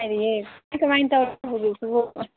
ꯅꯨꯡꯉꯥꯏꯔꯤꯌꯦ ꯀꯃꯥꯏ ꯀꯃꯥꯏ ꯇꯧꯔꯤꯒꯦ ꯍꯧꯖꯤꯛꯁꯤꯕꯨ